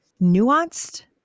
nuanced